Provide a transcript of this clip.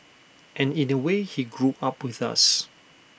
and in A way he grew up with us